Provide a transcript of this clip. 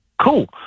Cool